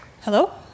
Hello